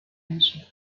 isla